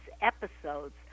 episodes